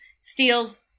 steals